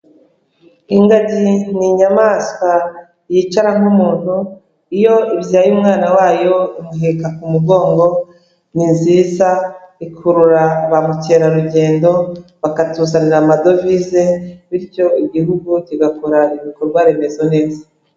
Ingagi ni inyamaswa yicara nk'umuntu, iyo ibyaye umwana wayo imuheka ku mugongo, ni nziza, ikurura ba mukerarugendo, bakatuzanira amadovize, bityo igihugu kigakora ibikorwa remezo neza.